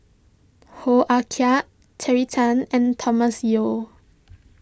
Hoo Ah Terry Tan and Thomas Yeo